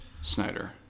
Snyder